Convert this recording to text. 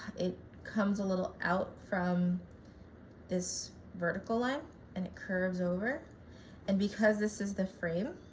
it comes a little out from this vertical line and it curves over and because this is the frame